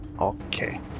Okay